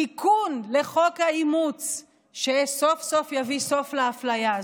תיקון לחוק האימוץ שסוף-סוף יביא סוף לאפליה הזאת.